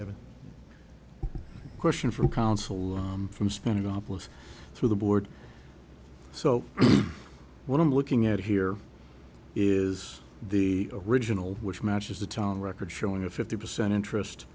have a question from counsel from spooner nobbles through the board so what i'm looking at here is the original which matches the town records showing a fifty percent interest